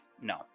No